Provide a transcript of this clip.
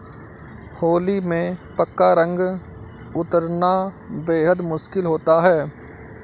होली में पक्का रंग उतरना बेहद मुश्किल होता है